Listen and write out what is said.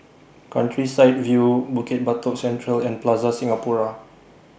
Countryside View Bukit Batok Central and Plaza Singapura